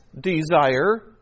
desire